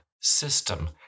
system